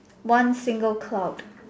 one single cloud